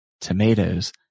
tomatoes